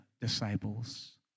disciples